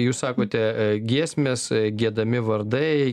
jūs sakote giesmes giedami vardai